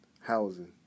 housing